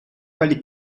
quali